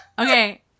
Okay